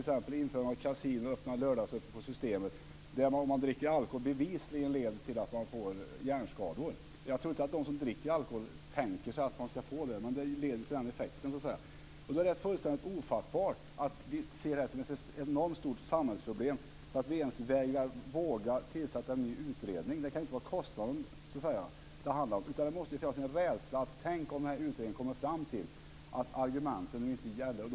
Det gäller t.ex. Att dricka alkohol leder bevisligen till att man får hjärnskador. Jag tror inte att de som dricker alkohol tänker sig att de ska få det. Men det leder till den effekten. Det är fullständigt ofattbart att vi ser proffsboxningen som ett så enormt stort samhällsproblem att vi inte ens vågar tillsätta en ny utredning. Det kan inte vara kostnaden det handlar om. Det måste finnas en rädsla. Tänk om utredningen kommer fram till att argumenten inte gäller!